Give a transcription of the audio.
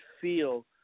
feel